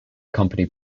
company